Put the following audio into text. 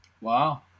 Wow